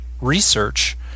research